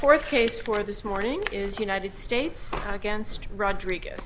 fourth case for this morning is united states against rodrigue